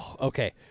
Okay